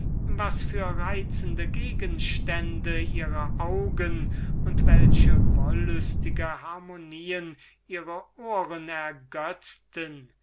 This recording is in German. was für reizende gegenstände ihre augen und was für wollüstige harmonien ihre ohren ergötzten